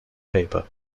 paper